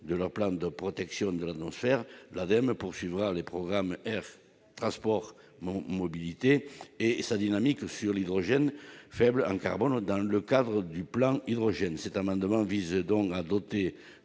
de leur plan de protection de l'atmosphère, l'Ademe poursuivra les programmes air et transport mobilités et sa dynamique sur l'hydrogène faible en carbone dans le cadre du plan Hydrogène. Cet amendement vise donc à doter